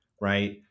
right –